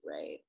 right